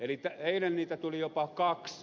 eli eilen niitä tuli jopa kaksi